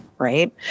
right